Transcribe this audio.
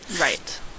Right